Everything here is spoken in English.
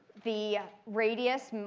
the radius,